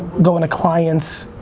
going to clients,